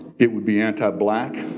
it would be anti-black,